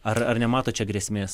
ar ar nemato čia grėsmės